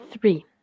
Three